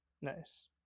nice